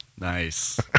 nice